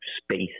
space